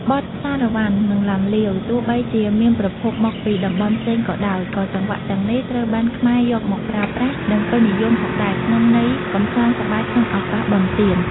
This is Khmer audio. បទសារ៉ាវ៉ាន់ និងឡាំលាវ: ទោះបីជាមានប្រភពមកពីតំបន់ផ្សេងក៏ដោយ ក៏ចង្វាក់ទាំងនេះត្រូវបានខ្មែរយកមកប្រើប្រាស់ និងពេញនិយមផងដែរ ក្នុងន័យកម្សាន្តសប្បាយក្នុងឱកាសបុណ្យទាន។